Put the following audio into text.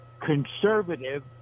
conservative